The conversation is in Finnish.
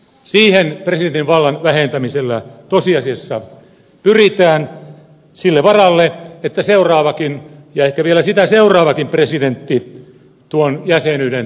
siihen presidentin vallan vähentämisellä tosiasiassa pyritään siltä varalta että seuraavakin ja ehkä vielä sitäkin seuraava presidentti tuon jäsenyyden torjuisi